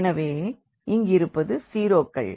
எனவே இங்கிருப்பது 0க்கள்